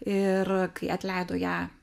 ir kai atleido ją